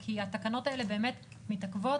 כי התקנות האלה באמת מתעכבות,